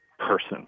person